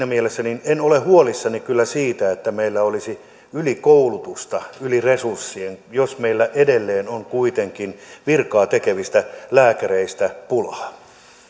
mielessä en ole huolissani kyllä siitä että meillä olisi ylikoulutusta yli resurssien jos meillä edelleen on kuitenkin virkaa tekevistä lääkäreistä pulaa